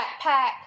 backpack